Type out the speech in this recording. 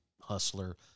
hustler